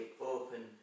open